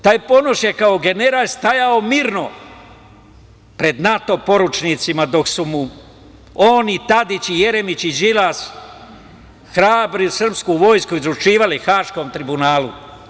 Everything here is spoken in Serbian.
Taj Ponoš je kao general stajao mirno pred NATO poručnicima dok su mu on i Tadić i Jeremić i Đilas hrabru srpsku vojsku isporučivali Haškom tribunalu.